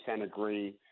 agree